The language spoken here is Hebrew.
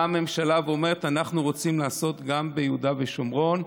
באה הממשלה ואומרת: אנחנו רוצים לעשות גם ביהודה ושומרון,